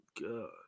God